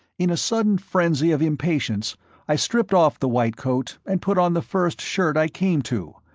in a sudden frenzy of impatience i stripped off the white coat and put on the first shirt i came to,